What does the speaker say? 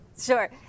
sure